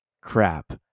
Crap